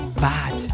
bad